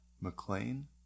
McLean